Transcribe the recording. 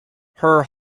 her